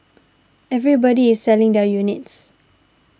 everybody is selling their units